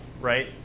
right